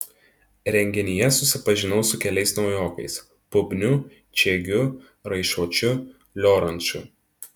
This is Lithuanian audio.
renginyje susipažinau su keliais naujokais bubniu čiegiu raišuočiu lioranču